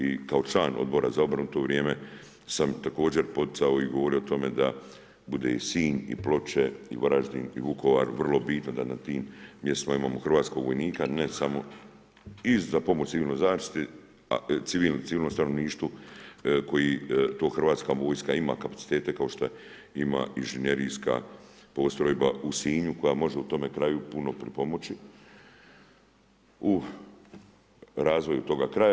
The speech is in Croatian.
I kao član Odbora za obranu u to vrijeme sam također poticao i govorio o tome da bude i Sinj i Ploče i Varaždin i Vukovar, vrlo bitno da na tim mjestima imamo hrvatskog vojnika ne samo i za pomoć civilnoj zaštiti, civilnom stanovništvu koji to Hrvatska vojska ima kapacitete kao šta ima injženjerijska postrojba u Sinju koja može u tome kraju puno pripomoći u razvoju toga kraja.